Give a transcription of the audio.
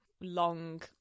long